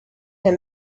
him